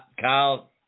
Kyle